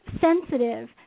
sensitive